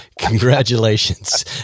congratulations